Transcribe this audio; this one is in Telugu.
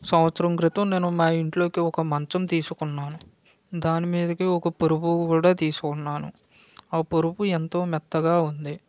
సంవత్సరం క్రితం నేను మా ఇంట్లోకి ఒక మంచం తీసుకున్నాను దాని మీదకి ఒక పరుపు కూడా తీసుకున్నాను ఆ పరుపు ఎంతో మెత్తగా ఉంది